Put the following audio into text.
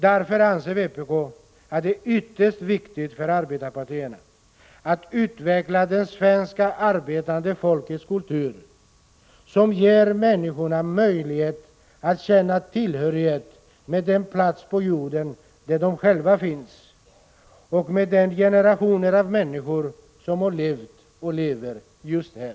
Därför anser vpk att det är ytterst viktigt för arbetarpartierna att utveckla det svenska arbetande folkets kultur, som ger människorna möjlighet att känna tillhörighet med den plats på jorden där de själva finns och med de generationer av människor som har levt och lever just där.